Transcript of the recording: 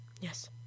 Yes